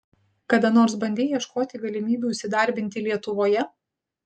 kada nors bandei ieškoti galimybių įsidarbinti lietuvoje